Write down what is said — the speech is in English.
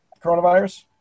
coronavirus